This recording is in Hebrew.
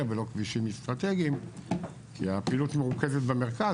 ולא כבישים אסטרטגיים כי הפעילות מרוכזת במרכז,